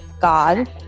God